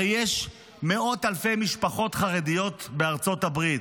הרי יש מאות אלפי משפחות חרדיות בארצות הברית,